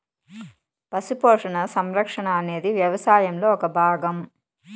పశు పోషణ, సంరక్షణ అనేది వ్యవసాయంలో ఒక భాగం